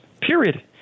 period